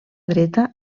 dreta